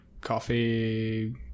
coffee